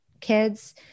kids